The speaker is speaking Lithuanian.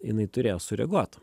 jinai turėjo sureaguot